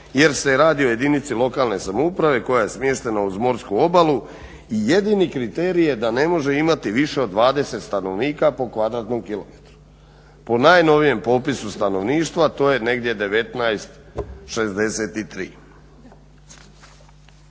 jer se radi o jedinici lokalne samouprave koja je smještena uz morsku obalu i jedini kriterij je da ne može imati više od 20 stanovnika po kvadratnom kilometru. Po najnovijem popisu stanovništva to je negdje